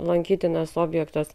lankytinas objektas